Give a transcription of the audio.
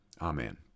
Amen